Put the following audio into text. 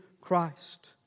Christ